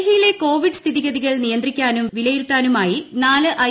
ഡൽഹിയിലെ കോവിഡ് സ്ഥിതിഗതികൾ നിയന്ത്രിക്കാനും വിലയിരുത്താനുമായി നാല് ഐ